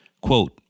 Quote